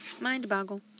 Mind-boggle